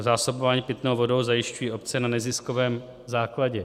Zásobování pitnou vodnou zajišťují obce na neziskovém základě.